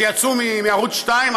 שיצאו מערוץ 2,